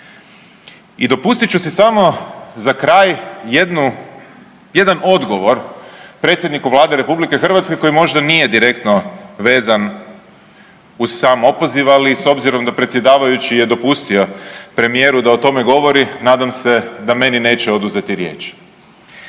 I dopustit ću si samo za kraj jedan odgovor predsjedniku Vlade RH koji možda nije direktno vezan uz sam opoziv, ali s obzirom da predsjedavajući je dopustio premijeru da o tome govori nadam se da meni neće oduzeti riječ.